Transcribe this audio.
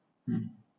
hmm